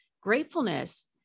gratefulness